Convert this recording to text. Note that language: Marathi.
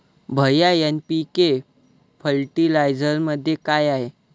भैय्या एन.पी.के फर्टिलायझरमध्ये काय आहे?